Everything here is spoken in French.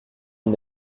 une